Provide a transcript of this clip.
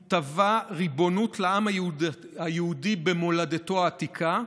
הוא תבע ריבונות לעם היהודי במולדתו העתיקה,